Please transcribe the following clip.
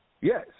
Yes